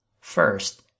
First